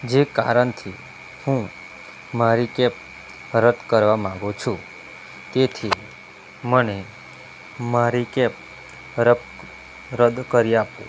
જે કારણથી હું મારી કેપ રદ કરવા માંગુ છું તેથી મને મારી કેબ રદ કરી આપો